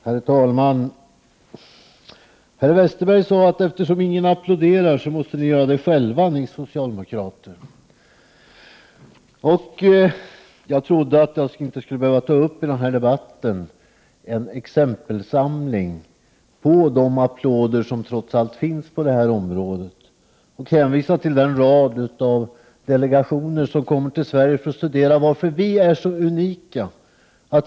Herr talman! Per Westerberg sade att eftersom ingen applåderar så måste vi socialdemokrater göra det själva. Jag trodde inte att jag i denna debatt skulle behöva ta upp en exempelsamling på de applåder som trots allt har getts på detta område, eller att jag skulle behöva hänvisa till den rad av delegationer som kommer till Sverige för att studera varför vi är så unika.